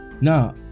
Now